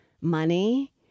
money